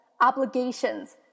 obligations